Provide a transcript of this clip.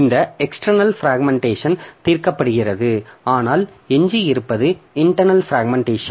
இந்த external fragmentation தீர்க்கப்படுகிறது ஆனால் எஞ்சியிருப்பது இன்டர்ணல் பிராக்மென்ட்டேஷன்